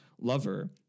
lover